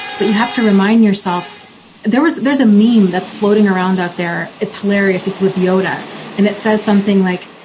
but you have to remind yourself there was. there's a meme that's floating around out there, it's hilarious it's with yoda and it says something like